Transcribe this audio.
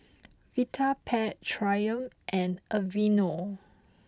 Vitapet Triumph and Aveeno